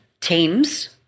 teams